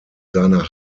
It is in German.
seiner